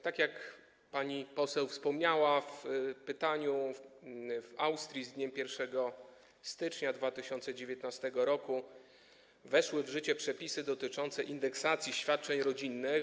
Tak jak pani poseł wspomniała w pytaniu, w Austrii z dniem 1 stycznia 2019 r. weszły w życie przepisy dotyczące indeksacji świadczeń rodzinnych.